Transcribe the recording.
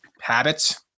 habits